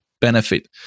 benefit